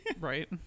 Right